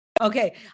Okay